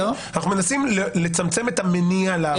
אנחנו מנסים לצמצם את המניע לעבירה.